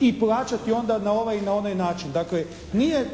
i plaćati onda na ovaj i na onaj način. Dakle nije